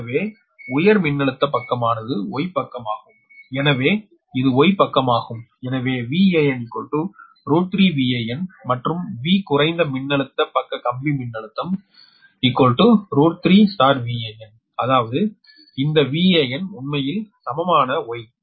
எனவே உயர் மின்னழுத்த பக்கமானது Y பக்கமாகும் எனவே இது Y பக்கமாகும் எனவே VAn √𝟑 VAn மற்றும் V குறைந்த மின்னழுத்த பக்க கம்பி மின்னழுத்தம் √𝟑 VAn அதாவது இந்த VAn உண்மையில் சமமான Y